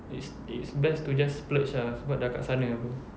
it's it's best to just splurge ah sebab dah dekat sana apa